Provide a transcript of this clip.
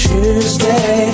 Tuesday